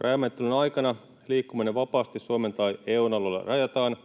Rajamenettelyn aikana liikkuminen vapaasti Suomen tai EU:n alueella rajataan.